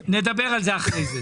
נדבר על זה אחרי זה.